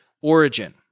origin